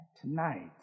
tonight